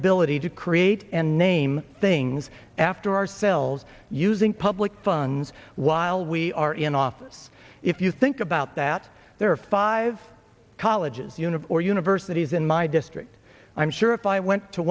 ability to create and name things after ourselves using public funds while we are in office if you think about that there are five colleges universe or universities in my district i'm sure if i went to